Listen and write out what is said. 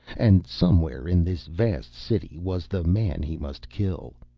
and somewhere in this vast city was the man he must kill.